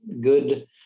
good